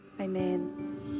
Amen